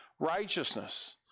Righteousness